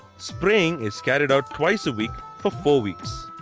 spraying is carried out twice a week for four weeks.